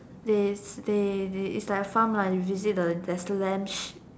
they they they it's like a farm lah you visit the there's a ranch